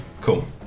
cool